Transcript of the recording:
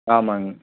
ஆமாங்க